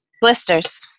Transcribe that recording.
Blisters